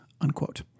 unquote